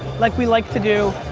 like we like to do.